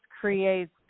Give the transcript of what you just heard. creates